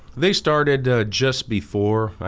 they started just before i